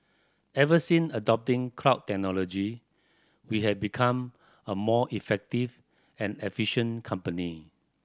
ever since adopting cloud technology we have become a more effective and efficient company